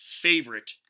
favorite